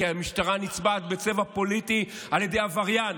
כי המשטרה נצבעת בצבע פוליטי על ידי עבריין,